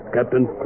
Captain